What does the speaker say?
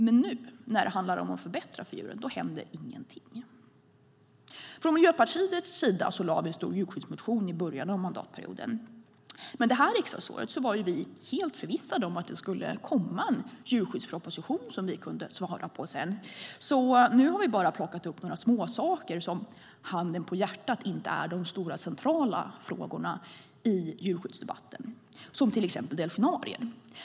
Men nu, när det handlar om att förbättra för djuren, händer ingenting. Från Miljöpartiets sida lade vi en stor djurskyddsmotion i början av mandatperioden. Men det här riksdagsåret var vi helt förvissade om att det skulle komma en djurskyddsproposition som vi kunde svara på sedan, så nu har vi bara plockat upp några småsaker som - handen på hjärtat - inte är de stora, centrala frågorna i djurskyddsdebatten, som delfinarier.